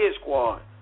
squad